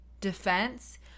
defense